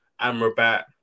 Amrabat